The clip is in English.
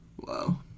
Wow